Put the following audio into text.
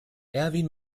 erwin